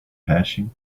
hashing